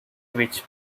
which